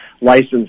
license